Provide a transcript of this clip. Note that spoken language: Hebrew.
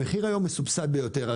המחיר היום מסובסד ביותר.